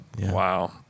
Wow